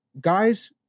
guys